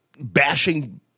bashing